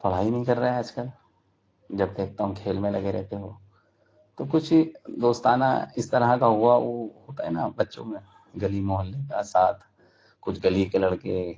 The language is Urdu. پڑھائی نہیں کر رہے آج کل جب دیکھتا ہوں کھیل میں لگے رہتے ہو تو کچھ ہی دوستانہ اس طرح کا ہوا وہ ہوتا ہے نا بچوں میں گلی محلے کا ساتھ کچھ گلی کے لڑکے کچھ